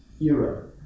era